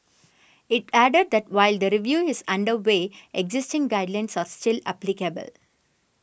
it added that while the review is under way existing guidelines are still applicable